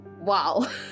wow